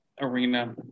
arena